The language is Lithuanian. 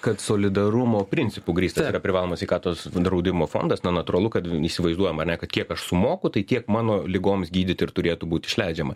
kad solidarumo principu grįstas privalomo sveikatos draudimo fondas na natūralu kad įsivaizduojam ane kad kiek aš sumoku tai tiek mano ligoms gydyti ir turėtų būt išleidžiama